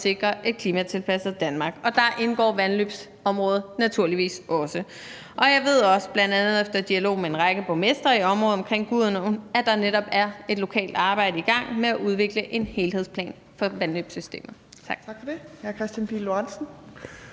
sikre et klimatilpasset Danmark, og der indgår vandløbsområdet naturligvis også. Jeg ved også bl.a. efter dialog med en række borgmestre i området omkring Gudenåen, at der netop er et lokalt arbejde i gang med at udvikle en helhedsplan for vandløbssystemet. Tak.